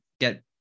get